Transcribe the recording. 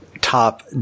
top